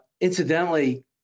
Incidentally